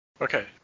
Okay